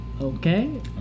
okay